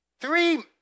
three